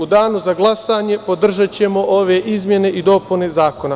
U danu za glasanje podržaćemo ove izmene i dopune zakona.